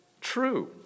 True